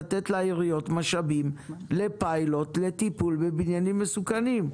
לתת לעיריות משאבים לפיילוט לטיפול בבניינים מסוכנים,